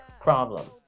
problem